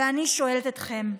ואני שואלת אתכם: